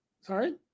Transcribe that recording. Sorry